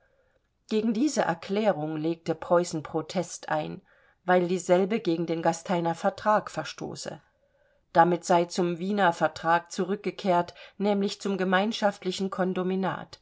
gegen diese erklärung legte preußen protest ein weil dieselbe gegen den gasteiner vertrag verstoße damit sei zum wiener vertrag zurückgekehrt nämlich zum gemeinschaftlichen